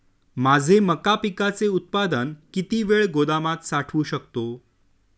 माझे मका पिकाचे उत्पादन किती वेळ गोदामात साठवू शकतो?